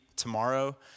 tomorrow